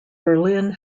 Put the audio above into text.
berlin